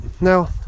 Now